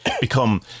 become